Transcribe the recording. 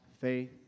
faith